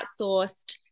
outsourced